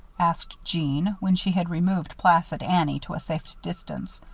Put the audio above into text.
asked jeanne, when she had removed placid annie to a safe distance.